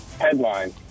Headline